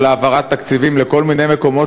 של העברות תקציבים לכל מיני מקומות,